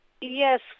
Yes